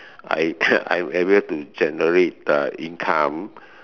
I I'm able to generate the income